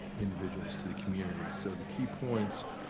individuals to the community. so the key points